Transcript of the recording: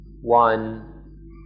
one